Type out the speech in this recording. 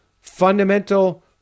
fundamental